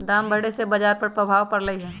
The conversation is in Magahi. दाम बढ़े से बाजार पर प्रभाव परलई ह